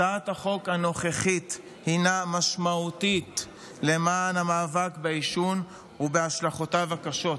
הצעת החוק הנוכחית הינה משמעותית למען המאבק בעישון ובהשלכותיו הקשות,